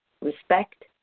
respect